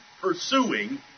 pursuing